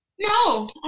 No